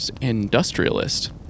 industrialist